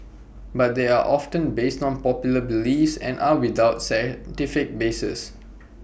but they are often based on popular beliefs and are without scientific basis